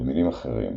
במינים אחרים,